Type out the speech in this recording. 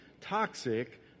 toxic